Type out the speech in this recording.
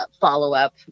follow-up